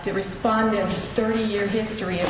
they respond to a thirty year history of